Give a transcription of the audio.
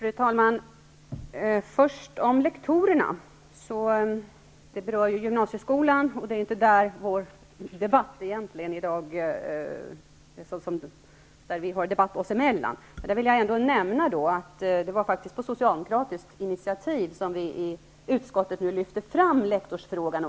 Fru talman! Först vill jag nämna något om det här med lektorerna i gymnasieskolan. I och för sig är det inte det som vår debatt i dag handlar om, men jag vill ändå påpeka att det var på initiativ från Socialdemokraterna som vi i utskottet lyfte fram också lektorsfrågan.